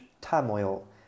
turmoil